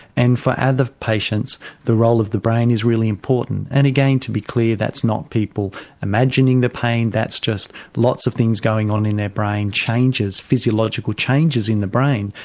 and for other patients the role of the brain is really important. and again, to be clear, that's not people imagining the pain, that's just lots of things going on in their brain, changes, physiological changes in the brain,